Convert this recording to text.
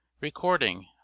Recording